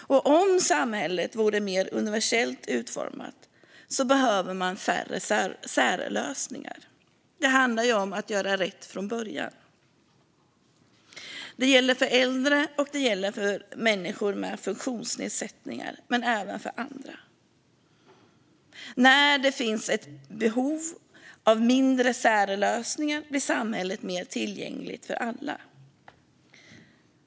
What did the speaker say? Om samhället vore mer universellt utformat skulle man behöva färre särlösningar. Det handlar om att göra rätt från början. Det gäller för äldre och för människor med funktionsnedsättningar men även för andra. När det behövs mindre av särlösningar blir samhället mer tillgängligt för alla.